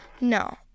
No